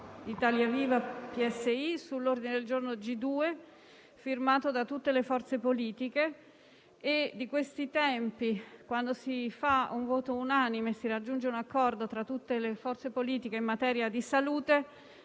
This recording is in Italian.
Italia Viva-PSI sull'ordine del giorno G2 (testo 2), firmato da tutte le forze politiche. Di questi tempi, quando si raggiunge un accordo tra tutte le forze politiche in materia di salute